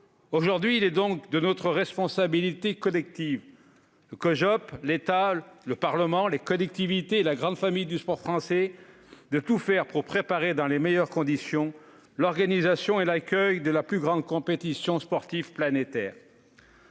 Aujourd'hui, il est donc de notre responsabilité collective- Cojop, État, Parlement, collectivités, grande famille du sport français -de tout faire pour préparer dans les meilleures conditions l'organisation et l'accueil de la plus grande compétition sportive planétaire.